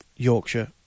Yorkshire